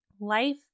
life